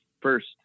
first